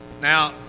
Now